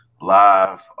live